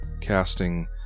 casting